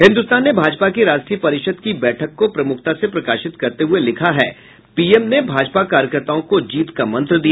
हिन्दुस्तान ने भाजपा की राष्ट्रीय परिषद की बैठक को प्रमुखता से प्रकाशित करते हुये लिखा है पीएम ने भाजपा कार्यकर्ताओं को जीत का मंत्र दिया